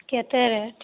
କେତେ ରେଟ୍